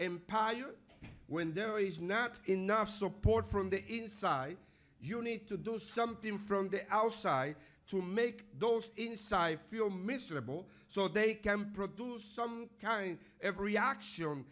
empire when there is not enough support from the inside you need to do something from the outside to make those inside feel miserable so they can produce some kind every action